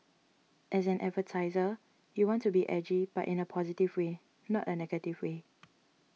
as an advertiser you want to be edgy but in a positive way not a negative way